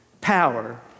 power